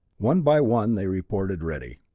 one by one they reported ready.